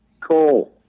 Cool